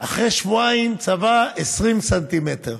ואחרי שבועיים צבע 20 סנטימטר.